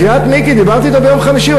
בחייאת, מיקי, דיברתי אתו ביום חמישי.